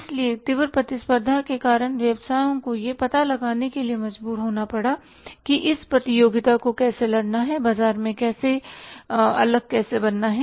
इसलिए तीव्र प्रतिस्पर्धा के कारण व्यवसायों को यह पता लगाने के लिए मजबूर होना पड़ा कि इस प्रतियोगिता को कैसे लड़ना है बाजार में अलग कैसे बनना है